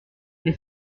les